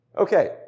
Okay